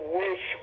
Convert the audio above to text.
wish